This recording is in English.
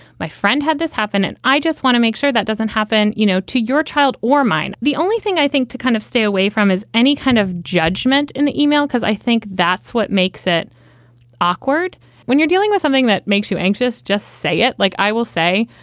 my friend, had this happen and i just want to make sure that doesn't happen, you know, to your child or mine. the only thing i think to kind of stay away from is any kind of judgment in the email, because i think that's what makes it awkward when you're dealing with something that makes you anxious, just say it like i will say,